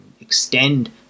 extend